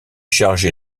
chargé